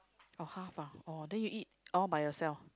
oh half ah oh then you eat all by yourself